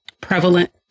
prevalent